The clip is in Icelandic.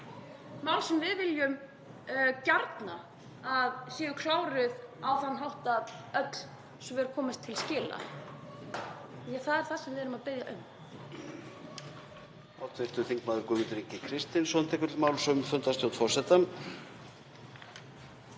mál sem við viljum gjarnan að séu kláruð á þann hátt að öll svör komist til skila. Það er það sem við erum að biðja um.